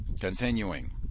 continuing